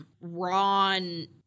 Ron